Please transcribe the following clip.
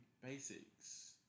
basics